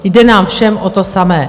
Jde nám všem o to samé.